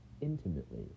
intimately